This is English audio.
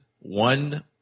one